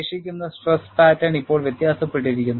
ശേഷിക്കുന്ന stress pattern ഇപ്പോൾ വ്യത്യാസപ്പെട്ടിരിക്കുന്നു